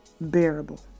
bearable